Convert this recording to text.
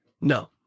No